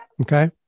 Okay